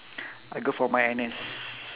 I go for my N_S